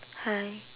hi